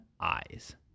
eyes